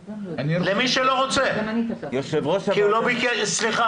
למי שלא רוצה כי הוא לא ביקש.